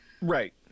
Right